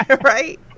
right